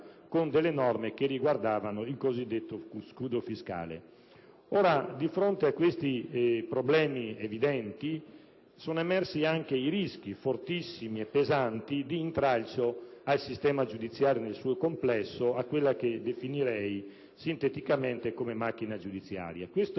con alcune norme che riguardavano il cosiddetto scudo fiscale. Di fronte a questi problemi evidenti, sono emersi anche i rischi fortissimi e pesanti di intralcio al sistema giudiziario nel suo complesso, a quella che definirei sinteticamente come macchina giudiziaria. Questo